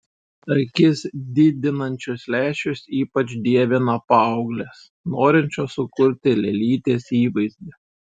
akis didinančius lęšius ypač dievina paauglės norinčios sukurti lėlytės įvaizdį